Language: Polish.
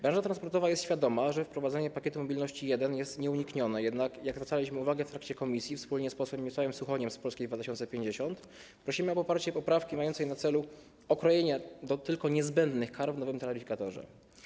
Branża transportowa jest świadoma, że wprowadzenie Pakietu Mobilności I jest nieuniknione, jednak, jak zwracaliśmy uwagę w trakcie posiedzenia komisji wspólnie z posłem Mirosławem Suchoniem z Polski 2050, prosimy o poparcie poprawki mającej na celu okrojenie do tylko niezbędnych kar w nowym taryfikatorze.